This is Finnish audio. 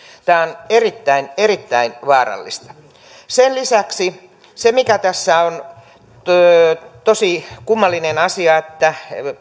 tämä on erittäin erittäin vaarallista sen lisäksi se mikä tässä on tosi kummallinen asia on se että